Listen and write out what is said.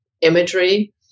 imagery